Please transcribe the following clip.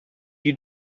you